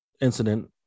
incident